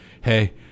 hey –